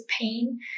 pain